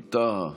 ווליד טאהא,